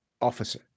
officer